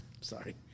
Sorry